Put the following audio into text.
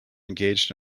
engaged